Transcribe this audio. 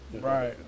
Right